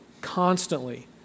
constantly